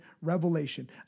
Revelation